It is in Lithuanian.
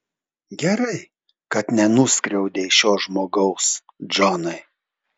gerai kad nenuskriaudei šio žmogaus džonai